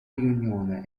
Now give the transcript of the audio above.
riunione